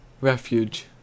REFUGE